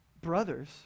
brothers